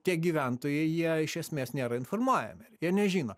tie gyventojai jie iš esmės nėra informuojami jie nežino